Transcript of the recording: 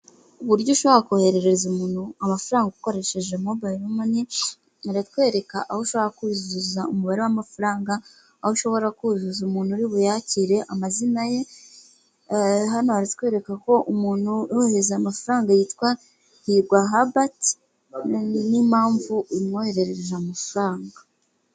Uburyo ushobora koherereza umuntu amafaranga ukoresheje mobayiro mani, baratwereka aho ushaka kuzuza umubare w'amafaranga, aho ushobora kuzuza umuntu uri buyakire amazina ye, hano bakwereka ko umuntu urohereza amafaranga yitwa HIRWA Hubert n'impamvu imwoherereje amafaranga.